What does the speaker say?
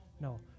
No